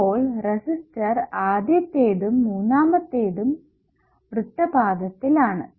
അപ്പോൾ റെസിസ്റ്റർ ആദ്യത്തേതും മൂന്നാമതെത്തും വൃത്തപാദത്തിൽ ആണ്